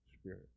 Spirit